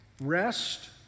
rest